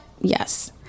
yes